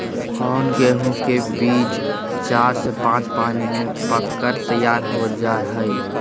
कौन गेंहू के बीज चार से पाँच पानी में पक कर तैयार हो जा हाय?